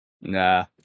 Nah